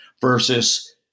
versus